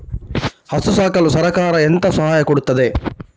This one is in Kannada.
ಹಸು ಸಾಕಲು ಸರಕಾರ ಎಂತ ಸಹಾಯ ಕೊಡುತ್ತದೆ?